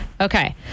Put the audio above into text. Okay